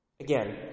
Again